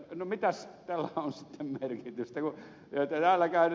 no mitäs tällä on sitten merkitystä